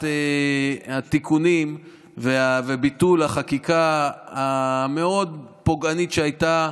התיקונים וביטול החקיקה המאוד פוגענית שהייתה,